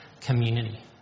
community